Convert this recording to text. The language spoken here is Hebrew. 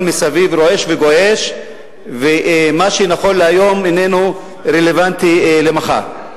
מסביב רועש וגועש ומה שנכון להיום איננו רלוונטי למחר.